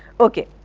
ok.